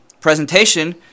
presentation –